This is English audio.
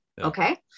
Okay